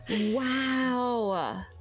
Wow